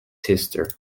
sister